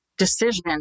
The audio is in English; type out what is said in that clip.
decision